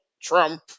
Trump